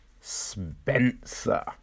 Spencer